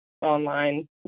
online